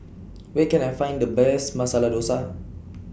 Where Can I Find The Best Masala Dosa